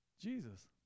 Jesus